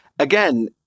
Again